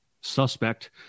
suspect